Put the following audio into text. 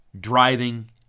driving